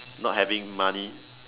not having money